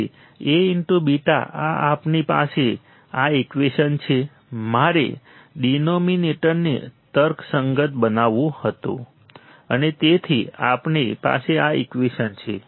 તેથી Aβ આ આપણી પાસે આ ઈકવેશન છે મારે ડિનોમિનેટરને તર્કસંગત બનાવવું હતું અને તેથી આપણી પાસે આ ઈકવેશન છે